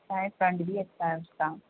side front بھی اچھا ہے اس کا